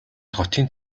хотын